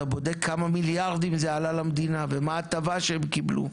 אתה בודק כמה מיליארדים זה עלה למדינה ומה ההטבה שהם קיבלו?